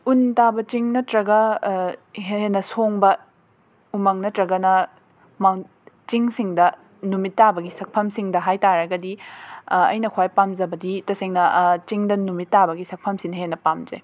ꯎꯟ ꯇꯥꯕ ꯆꯤꯡ ꯅꯠꯇ꯭ꯔꯒ ꯍꯦꯟꯅ ꯁꯣꯡꯕ ꯎꯃꯪ ꯅꯠꯇ꯭ꯔꯒꯅ ꯃꯥꯡ ꯆꯤꯡꯁꯤꯡꯗ ꯅꯨꯃꯤꯠ ꯇꯥꯕꯒꯤ ꯁꯛꯐꯝꯁꯤꯡꯗ ꯍꯥꯏꯕ ꯇꯥꯔꯒꯗꯤ ꯑꯩꯅ ꯈ꯭ꯋꯥꯏ ꯄꯥꯝꯖꯕꯗꯤ ꯇꯁꯦꯡꯅ ꯆꯤꯡꯗ ꯅꯨꯃꯤꯠ ꯇꯥꯕꯒꯤ ꯁꯛꯐꯝꯁꯤꯅ ꯍꯦꯟꯅ ꯄꯥꯝꯖꯩ